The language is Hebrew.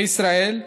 לישראל,